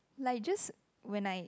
like just when I